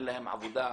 אין להם עבודה.